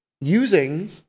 using